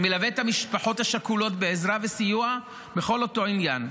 אני מלווה את המשפחות השכולות בעזרה וסיוע בכל אותו עניין,